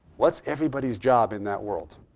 what's everybody's job in that world?